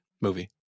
Movie